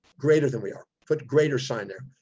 greater than we are put greater sign there.